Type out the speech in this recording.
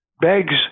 begs